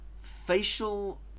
facial